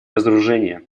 разоружения